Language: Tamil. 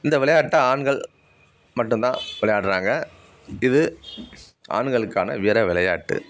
இந்த விளையாட்டை ஆண்கள் மட்டும்தான் விளையாடுகிறாங்க இது ஆண்களுக்கான வீர விளையாட்டு